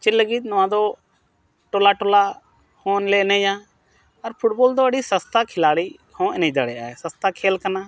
ᱪᱮᱫ ᱞᱟᱹᱜᱤᱫ ᱱᱚᱣᱟ ᱫᱚ ᱴᱚᱞᱟ ᱴᱚᱞᱟ ᱦᱚᱸ ᱞᱮ ᱮᱱᱮᱡᱟ ᱟᱨ ᱯᱷᱩᱴᱵᱚᱞ ᱫᱚ ᱟᱹᱰᱤ ᱥᱟᱥᱛᱟ ᱠᱷᱮᱞᱟᱲᱤ ᱦᱚᱸ ᱮᱱᱮᱡ ᱫᱟᱲᱮᱭᱟᱜᱼᱟ ᱥᱟᱥᱛᱟ ᱠᱷᱮᱞ ᱠᱟᱱᱟ